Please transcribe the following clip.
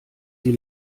sie